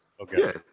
Okay